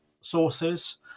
sources